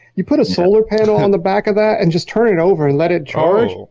you put a solar panel on the back of that and just turn it over and let it charge.